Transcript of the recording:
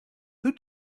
who